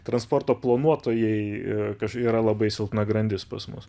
transporto planuotojai kas yra labai silpna grandis pas mus